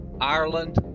Ireland